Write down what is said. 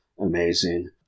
amazing